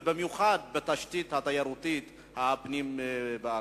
ובמיוחד בתשתית התיירותית של תיירות הפנים בארץ.